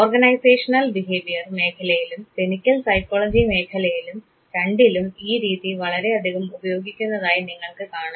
organisational behaviour മേഖലയിലും clinical psychology മേഖലയിലും രണ്ടിലും ഈ രീതി വളരെയധികം ഉപയോഗിക്കുന്നതായി നിങ്ങൾക്ക് കാണാം